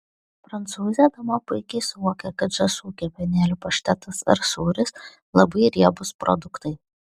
prancūzė dama puikiai suvokia kad žąsų kepenėlių paštetas ar sūris labai riebūs produktai